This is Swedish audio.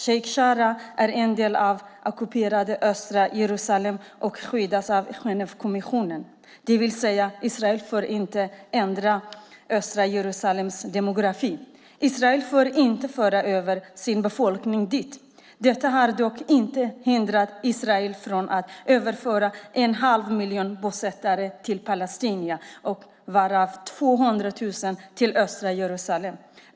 Sheikh Jarrah är en del av det ockuperade östra Jerusalem och skyddas av Genèvekonventionen, det vill säga Israel får inte ändra östra Jerusalems demografi. Israel får inte föra över sin befolkning dit. Detta har dock inte hindrat Israel från att föra över en halv miljon bosättare till Palestina, varav 200 000 till östra Jerusalem.